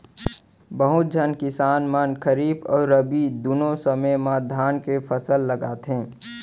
बहुत झन किसान मन खरीफ अउ रबी दुनों समे म धान के फसल लगाथें